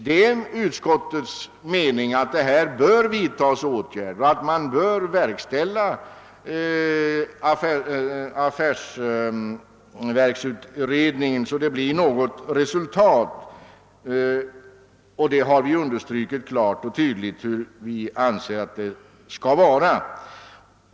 det är utskottets mening att det bör vidtas åtgärder och att affärsverksutredningens intentioner bör verkställas så att det blir resultat, vilket vi också klart understrukit.